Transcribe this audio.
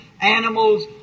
animals